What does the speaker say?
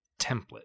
template